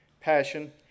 passion